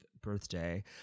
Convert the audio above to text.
birthday